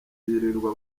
yirirwa